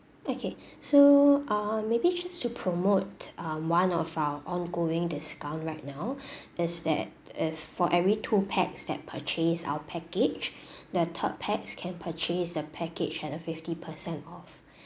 okay so uh maybe just to promote um our one of our ongoing discount right now is that if for every two packs that purchase our package the third pax can purchase the package at a fifty percent off